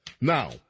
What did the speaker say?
Now